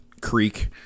Creek